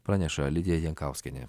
praneša lidija jankauskienė